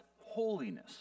holiness